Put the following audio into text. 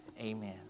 Amen